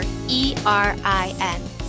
E-R-I-N